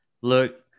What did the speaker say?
look